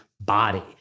body